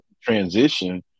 transition